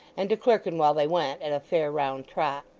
and to clerkenwell they went at a fair round trot.